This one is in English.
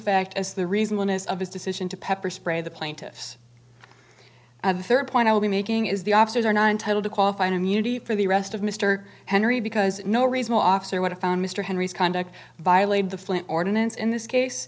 fact as the reasonableness of his decision to pepper spray the plaintiffs and the rd point i will be making is the officers are not entitled to qualified immunity for the rest of mr henry because no reasonable officer would have found mr henry's conduct violated the flint ordinance in this case